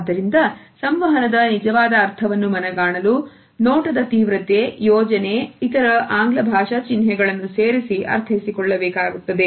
ಆದ್ದರಿಂದ ಸಂವಹನದ ನಿಜವಾದ ಅರ್ಥವನ್ನು ಮನಗಾಣಲು ನೋಟದ ತೀವ್ರತೆ ಯೋಜನೆ ಇತರ ಆಂಗ್ಲಭಾಷಾ ಚಿಹ್ನೆಗಳನ್ನು ಸೇರಿಸಿ ಅರ್ಥೈಸಿಕೊಳ್ಳಬೇಕಾಗುತ್ತದೆ